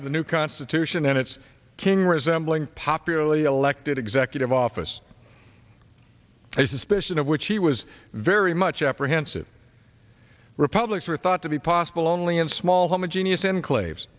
of the new constitution and its king resembling popularly elected executive office a suspicion of which he was very much apprehensive republics are thought to be possible only in small homogeneous enclaves